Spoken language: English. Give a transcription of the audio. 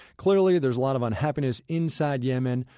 clearly there's a lot of unhappiness inside yemen,